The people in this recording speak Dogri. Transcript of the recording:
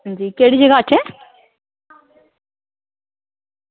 अंजी केह्ड़ी जगह इत्थें